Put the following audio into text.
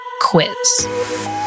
quiz